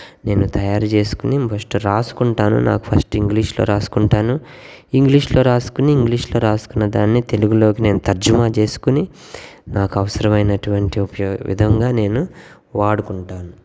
నేను తయారు చేసుకుని ఫస్ట్ వ్రాసుకుంటాను నాకు ఫస్ట్ ఇంగ్లీష్లో వ్రాసుకుంటాను ఇంగ్లీష్లో వ్రాసుకుని ఇంగ్లీష్లో వ్రాసుకున్న దాన్ని తెలుగులోకి నేను తర్జుమా చేసుకుని నాకు అవసరమైనటువంటి ఉపయోగ విధంగా నేను వాడుకుంటాను